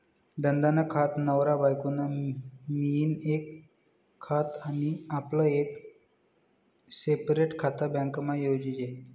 धंदा नं खातं, नवरा बायको नं मियीन एक खातं आनी आपलं एक सेपरेट खातं बॅकमा जोयजे